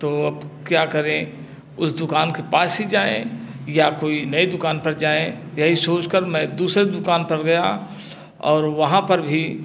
तो अब क्या करें उस दुकान के पास ही जाए या कोई नए दुकान पर जाए यही सोच कर मैं दूसरे दुकान पर गया और वहाँ पर भी